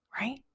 right